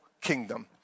kingdom